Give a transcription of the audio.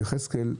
"יחזקאל,